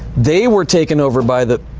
they were taken over by the.